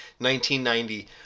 1990